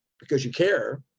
because you care,